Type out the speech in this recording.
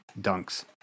dunks